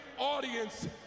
audience